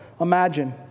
imagine